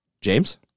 James